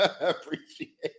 Appreciate